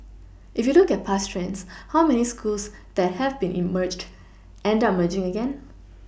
if you look at past trends how many schools that have been in merged end up merging again